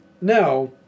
now